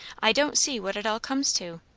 i don't see what it all comes to.